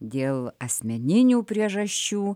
dėl asmeninių priežasčių